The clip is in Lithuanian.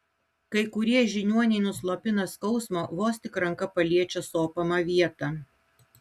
kai kurie žiniuoniai nuslopina skausmą vos tik ranka paliečia sopamą vietą